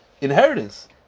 inheritance